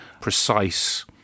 precise